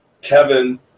Kevin